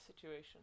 situation